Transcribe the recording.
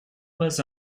pas